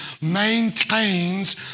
maintains